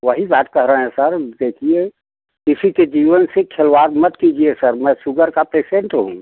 वही बात कह रहे हैं सर देखिए किसी के जीवन से खिलवाड़ मत कीजिए सर मैं सुगर का पेसेन्ट हूँ